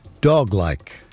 dog-like